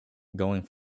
going